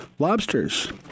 lobsters